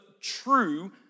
true